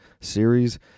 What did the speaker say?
series